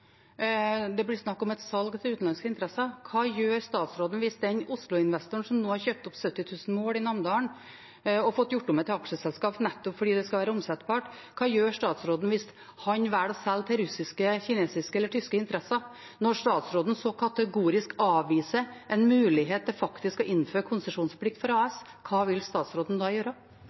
det blir snakk om et salg til utenlandske interesser? Hva gjør statsråden hvis den Oslo-investoren som nå har kjøpt opp 70 000 mål i Namdalen – og har fått gjort det om til aksjeselskap nettopp fordi det skal være omsettbart – velger å selge til russiske, kinesiske eller tyske interesser, når statsråden så kategorisk avviser en mulighet til faktisk å innføre konsesjonsplikt for AS? Hva vil statsråden da gjøre?